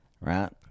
right